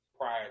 prior